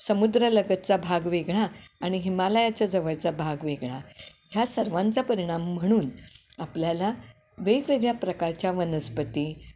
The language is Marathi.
समुद्र लगतचा भाग वेगळा आणि हिमालयाच्या जवळचा भाग वेगळा ह्या सर्वांचा परिणाम म्हणून आपल्याला वेगवेगळ्या प्रकारच्या वनस्पती